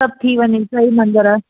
सभु थी वञे टई मंदर